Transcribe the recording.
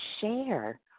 share